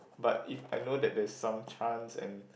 but if I know that there's some chance and